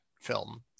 film